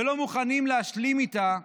ולא מוכנים להשלים איתה,